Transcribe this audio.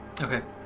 Okay